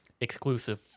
exclusive